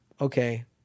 okay